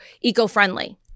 eco-friendly